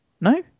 No